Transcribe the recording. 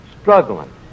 Struggling